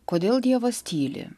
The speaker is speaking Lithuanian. kodėl dievas tyli